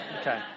Okay